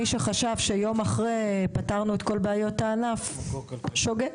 מי שחשב שנפתור את כל בעיות הענף ביום שאחרי שוגה.